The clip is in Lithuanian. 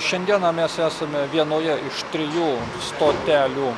šiandieną mes esame vienoje iš trijų stotelių